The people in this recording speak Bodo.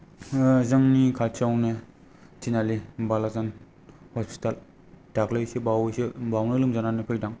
जोंनि खाथियावनो तिनआलि बालाजान हस्पिताल दाख्लैसोबावैसो बावनो लोमजानानै फैदों